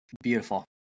beautiful